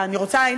הנה,